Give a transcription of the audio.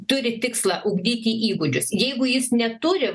turi tikslą ugdyti įgūdžius jeigu jis neturi